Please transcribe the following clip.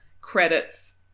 credits